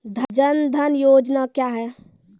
जन धन योजना क्या है?